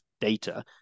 data